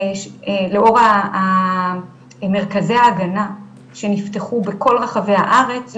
לאור מרכזי ההגנה שנפתחו בכל רחבי הארץ,